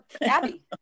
Abby